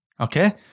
Okay